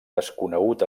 desconegut